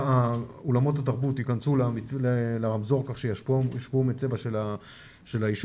אולמות התרבות יכנסו לרמזור כך שיושפעו מהצבע של היישוב.